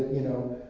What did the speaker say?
you know.